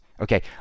Okay